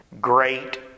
Great